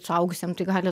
suaugusiam tai gali